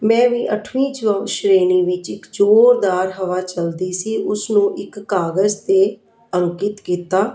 ਮੈਂ ਵੀ ਅਠਵੀਂ ਸ਼੍ਰੇਣੀ ਵਿੱਚ ਇੱਕ ਜ਼ੋਰਦਾਰ ਹਵਾ ਚਲਦੀ ਸੀ ਉਸਨੂੰ ਇੱਕ ਕਾਗਜ਼ 'ਤੇ ਅੰਕਿਤ ਕੀਤਾ